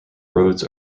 roads